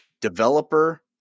Developer